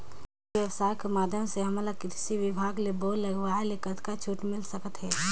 ई व्यवसाय कर माध्यम से हमन ला कृषि विभाग ले बोर लगवाए ले कतका छूट मिल सकत हे?